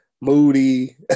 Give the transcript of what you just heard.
Moody